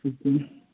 okay